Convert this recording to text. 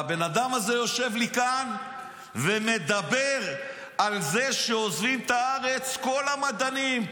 והבן אדם הזה יושב לי כאן ומדבר על זה שעוזבים את הארץ כל המדענים,